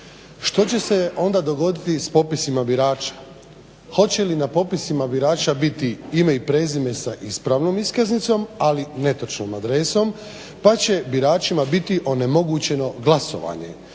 Što će se onda dogoditi s popisima birača? Hoće li na popisima birača biti ime i prezime sa ispravnom iskaznicom ali netočnom adresom pa će biračima biti onemogućeno glasovanje?